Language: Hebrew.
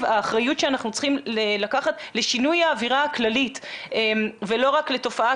האחריות שאנחנו צריכים לקחת לשינוי האווירה הכללית ולא רק לתופעה,